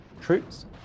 troops